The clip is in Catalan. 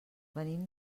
venim